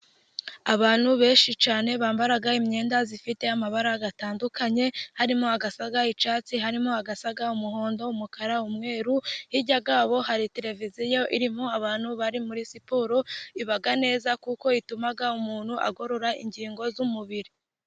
Abantu benshi cyane bambara imyenda ifite y'amabara gatandukanye: harimo asa icyatsi, harimo asa umuhondo, umukara, umweru. Hijya yaho hari televiziyo irimo abantu bari muri siporo, iba neza kuko itumaga umuntu agorora ingingo z'umubiri.